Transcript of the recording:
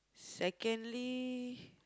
secondly